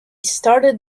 started